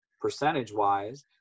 percentage-wise